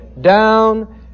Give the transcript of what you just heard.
down